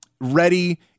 ready